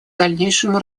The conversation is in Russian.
дальнейшему